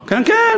כן,